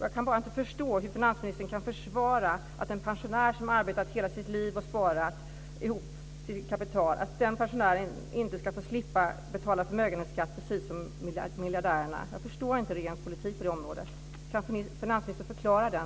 Jag kan inte förstå hur finansministern kan försvara att en pensionär som arbetat hela sitt liv och sparat ihop till kapital inte ska få slippa betala förmögenhetsskatt precis som miljardärerna. Jag förstår inte regeringens politik på det området. Kan finansministern förklara det?